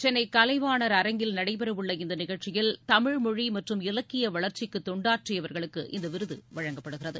சென்னை கலைவாணர் அரங்கில் நடைபெற உள்ள இந்த நிகழ்ச்சியில் தமிழ் மொழி மற்றும் இலக்கிய வளர்ச்சிக்கு தொண்டாற்றியவர்களுக்கு இந்த விருது வழங்கப்படுகிறது